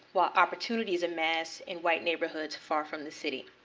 while opportunities amass in white neighborhoods far from the city.